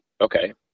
okay